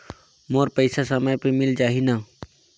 मोर पइसा समय पे मिल जाही न?